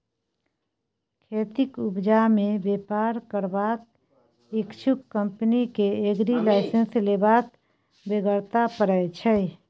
खेतीक उपजा मे बेपार करबाक इच्छुक कंपनी केँ एग्री लाइसेंस लेबाक बेगरता परय छै